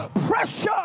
pressure